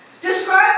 Describe